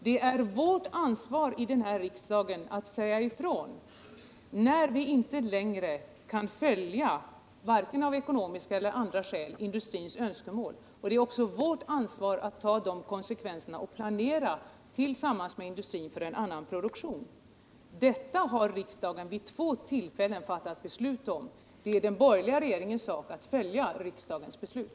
Det är vårt ansvar här i riksdagen att säga ifrån när vi — av ekonomiska och andra skäl —- inte längre kan följa industrins önskemål. Det faller också på vårt ansvar att ta konsekvenserna och tillsammans med industrin planera för en annan produktion. Detta har riksdagen vid två tillfällen fattat beslut om, dels 1976, dels i förra veckan. Det är den borgerliga regeringens sak att följa riksdagens beslut.